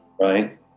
Right